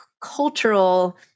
cultural